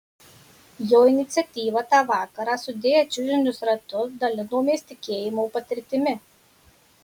jo iniciatyva tą vakarą sudėję čiužinius ratu dalinomės tikėjimo patirtimi